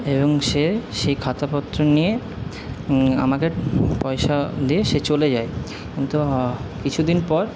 এবং সে সেই খাতাপত্র নিয়ে আমাকে পয়সা দিয়ে সে চলে যায় কিন্তু কিছুদিন পর